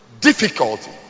Difficulty